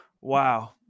Wow